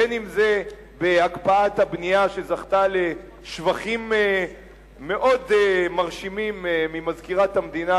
בין שזה בהקפאת הבנייה שזכתה לשבחים מאוד מרשימים ממזכירת המדינה